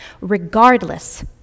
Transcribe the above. regardless